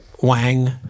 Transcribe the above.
Wang